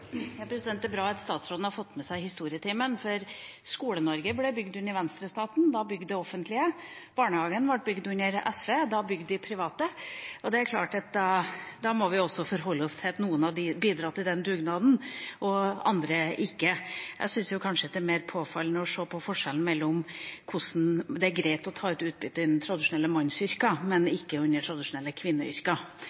bra at statsråden har fått med seg historietimen: Skole-Norge ble bygd under venstrestaten – da bygd av det offentlige. Barnehagen ble bygd under SV – da bygd av private. Det er klart at da må vi også forholde oss til at noen har bidratt i den dugnaden og andre ikke. Jeg syns kanskje det er mer påfallende å se på forskjellen mellom hvordan det er greit å ta ut utbytte innen tradisjonelle mannsyrker, men